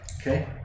Okay